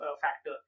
factor